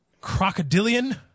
crocodilian